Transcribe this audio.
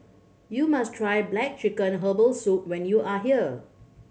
you must try black chicken herbal soup when you are here